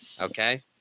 Okay